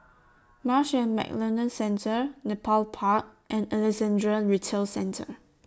Marsh and McLennan Centre Nepal Park and Alexandra Retail Centre